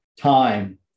time